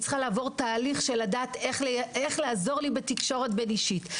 היא צריכה לעבור תהליך של לדעת איך לעזור לי בתקשורת בין-אישית,